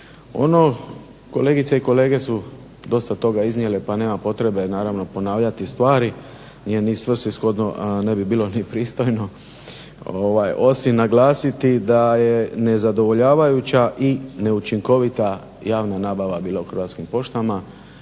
Ono kolegice i kolege su dosta toga iznijele pa nema potrebe naravno ponavljati stvari, nije svrsishodno a ne bi bilo ni pristojno osim naglasiti da je nezadovoljavajuća i neučinkovita javna nabava bila u Hrvatskim poštama,